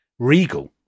regal